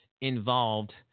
involved